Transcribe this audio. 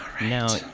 now